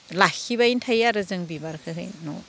लाखिबायानो थायो आरो जों बिबारखोहै न'आव